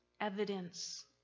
evidence